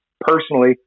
personally